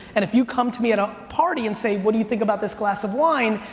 and if you come to me at a party and say, what do you think about this glass of wine?